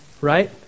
Right